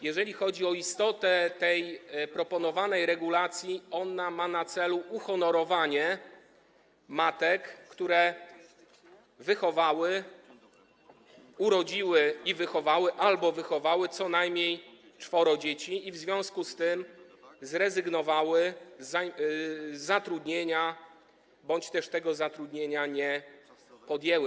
Jeżeli chodzi o istotę proponowanej regulacji, ona ma na celu uhonorowanie matek, które urodziły i wychowały albo wychowały co najmniej czworo dzieci i w związku z tym zrezygnowały z zatrudnienia bądź też tego zatrudnienia nie podjęły.